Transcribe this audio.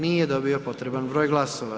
Nije dobio potreban broj glasova.